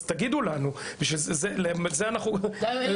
תגידו לנו, בשביל זה אנחנו פה.